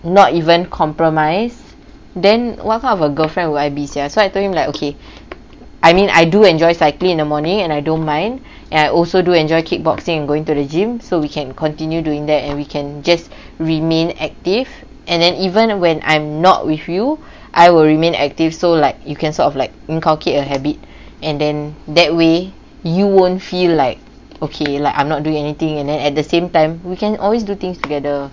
not even compromise then want kind of a girlfriend will I be sia so I told him like okay I mean I do enjoy cycling in the morning and I don't mind and also do enjoy kickboxing and going to the gym so we can continue doing that and we can just remain active and then even when I'm not with you I will remain active so like you can sort of like inculcate a habit and then that way you won't feel like okay like I'm not doing anything and then at the same time we can always do things together